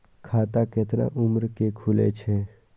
खाता केतना उम्र के खुले छै?